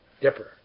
Dipper